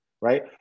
right